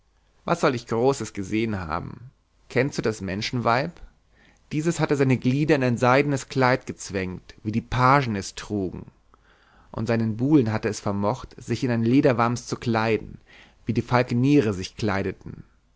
was soll ich großes gesehn haben kennst du das menschenweib dieses hatte seine glieder in ein seidenes kleid gezwängt wie die pagen es trugen und seinen buhlen hatte es vermocht sich in ein lederwams zu kleiden wie die falkeniere sich kleideten